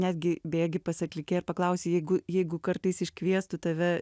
netgi bėgi pas atlikėją ir paklausi jeigu jeigu kartais iškviestų tave